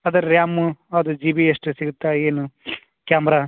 ಅದೇ ರ್ಯಾಮು ಅದು G B ಎಷ್ಟು ಸಿಗತ್ತೆ ಏನು ಕ್ಯಾಮ್ರಾ